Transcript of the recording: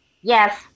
yes